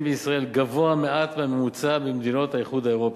בישראל גבוה מעט מהממוצע במדינות האיחוד האירופי,